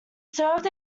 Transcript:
served